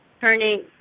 turning